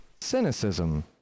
cynicism